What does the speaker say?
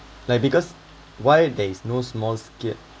like because why there is no small scale